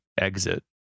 exit